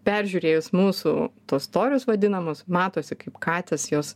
peržiūrėjus mūsų tuos storius vadinamus matosi kaip katės jos